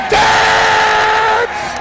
dance